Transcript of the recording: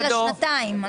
זה לשנתיים.